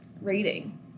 rating